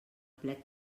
plec